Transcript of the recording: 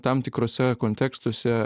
tam tikruose kontekstuose